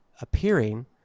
appearing